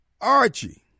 Archie